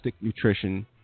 Nutrition